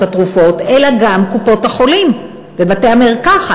התרופות אלא גם קופות-החולים ובתי-המרקחת,